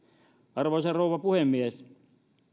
arvoisa rouva puhemies